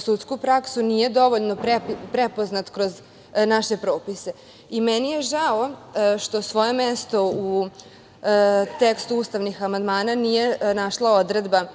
sudsku praksu nije dovoljno prepoznat kroz naše propise. Meni je žao što svoje mesto u tekstu ustavnih amandmana nije našla odredba